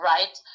Right